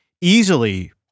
easily